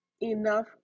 enough